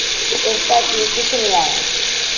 ते इस धरती किश नि ऐ